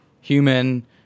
human